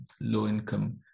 low-income